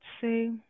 say